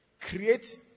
Create